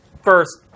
first